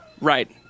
Right